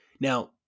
Now